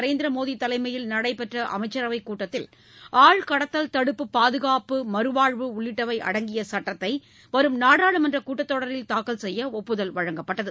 நரேந்திர மோடி தலைமையில் நடைபெற்ற அமைச்சரவைக் கூட்டத்தில் ஆள் கடத்தல் தடுப்பு பாதுகாப்பு மறுவாழ்வு உள்ளிட்டவை அடங்கிய சட்டத்தை வரும் நாடாளுமன்ற கூட்டத்தொடரில் தாக்கல் செய்ய ஒப்புதல் வழங்கப்பட்டது